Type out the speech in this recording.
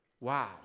Wow